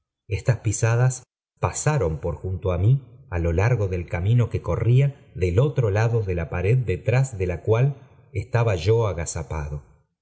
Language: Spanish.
estas pisadas pasaron por junto á mí á jo larg del camino que corría del otro lado de la pared detrás de la cual estaba yo agazapado